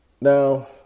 Now